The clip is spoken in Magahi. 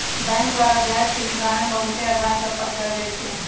बैंक द्वारा ब्याज के निर्धारण बहुते अधार सभ पर कएल जाइ छइ